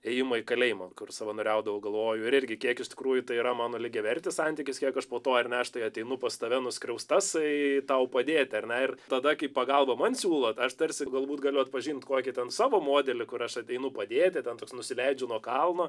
ėjimai kalėjimo kur savanoriaudavau galvoju ir irgi kiek iš tikrųjų tai yra mano lygiavertis santykis kiek aš po to ar ne aš tai ateinu pas tave nuskriaustasai tau padėti ar ne ir tada kai pagalbą man siūlot aš tarsi galbūt galiu atpažint kokį ten savo modelį kur aš ateinu padėti ten toks nusileidžiu nuo kalno